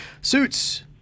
Suits